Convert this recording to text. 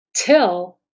till